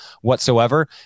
whatsoever